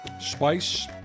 spice